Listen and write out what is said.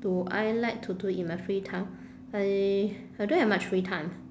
do I like to do in my free time I I don't have much free time